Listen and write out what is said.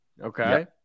Okay